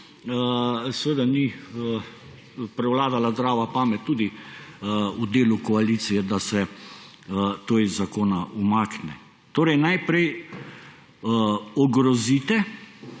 dokler ni prevladala zdrava pamet tudi v delu koalicije, da se to iz zakona umakne. Naprej ogrozite,